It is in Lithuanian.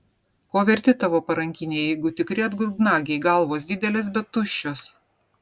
ko verti tavo parankiniai jeigu tikri atgrubnagiai galvos didelės bet tuščios